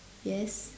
yes